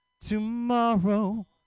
tomorrow